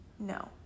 no